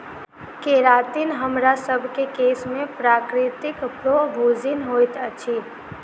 keratin हमरासभ केँ केश में प्राकृतिक प्रोभूजिन होइत अछि